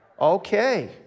Okay